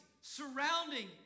surrounding